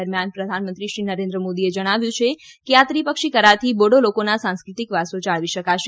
દરમ્યાન પ્રધાનમંત્રી શ્રી નરેન્દ્ર મોદીએ જણાવ્યું છે કે આ ત્રિપક્ષી કરારથી બોડો લોકોનો સાંસ્કૃતિક વારસો જાળવી શકાશે